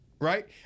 Right